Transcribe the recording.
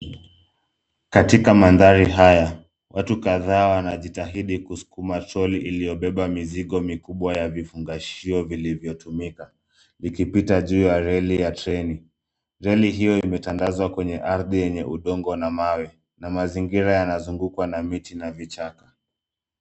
Katika mandhari haya ,watu kadhaa wanajitahidi kusukuma troli iliyobeba mizigo mikubwa ya vifungashio vilivyotumika likipita juu ya reli ya (cs)train(cs).Reli hiyo imetagazwa kwenye ardhi yenye udongo na mawe na mazingira yanazugukwa na miti na vichaka.